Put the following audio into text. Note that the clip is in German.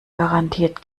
garantiert